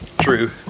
True